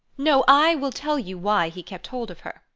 no, i will tell you why he kept hold of her.